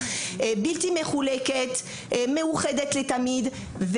בלתי מחולקת ומאוחדת לתמיד.